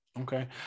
Okay